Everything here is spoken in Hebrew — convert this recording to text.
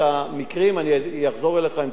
אני אחזור אליך עם תשובה הרבה יותר מושלמת.